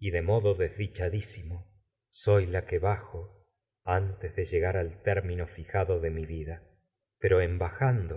xiltima desdichadí simo de mi soy la que bajo en antes de llegar al término fijado vida pero bajando